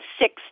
six